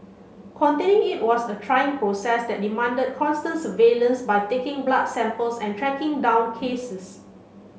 containing it was a trying process that demanded constant surveillance by taking blood samples and tracking down cases